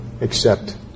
accept